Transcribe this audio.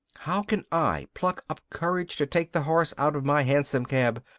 how can i pluck up courage to take the horse out of my hansom-cab,